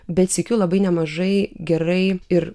bet sykiu labai nemažai gerai ir